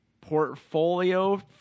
portfolio